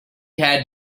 had